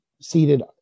seated